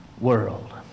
world